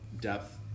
depth